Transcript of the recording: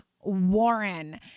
Warren